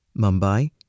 Mumbai